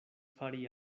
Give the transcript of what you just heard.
fari